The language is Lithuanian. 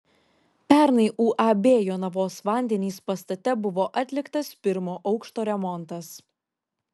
pernai uab jonavos vandenys pastate buvo atliktas pirmo aukšto remontas